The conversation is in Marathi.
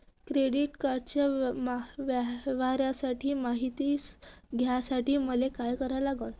क्रेडिट कार्डाच्या व्यवहाराची मायती घ्यासाठी मले का करा लागन?